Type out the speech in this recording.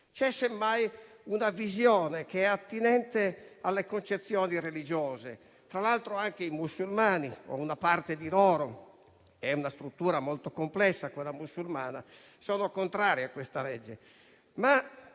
C'è semmai una visione che è attinente alle concezioni religiose; tra l'altro, anche i musulmani o parte di loro (è una struttura molto complessa quella musulmana) sono contrari a questa legge.